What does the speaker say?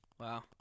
Wow